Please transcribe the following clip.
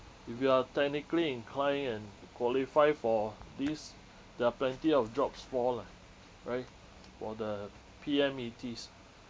if you are technically inclined and qualify for this there are plenty of jobs more lah right for the P_M_E_Ts